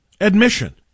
admission